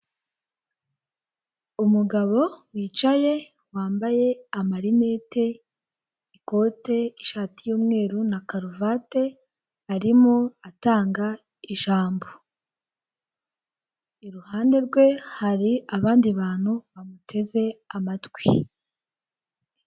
Umugabo wicaye, wambaye amarinete, ikote, ishati y'umweru na karuvati arimo atanga ijambo, iruhande rwe hari abandi bantu bamuteze amatwi.